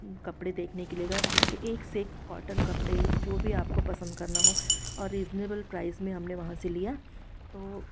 कपड़े देखने के लिए गए वहाँ के एक से एक कॉटन कपड़े जो भी आपको पसंद करना हो और रीज़नेबल प्राइस में हमने वहाँ से लिया तो